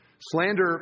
Slander